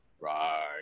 Right